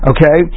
Okay